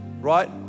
Right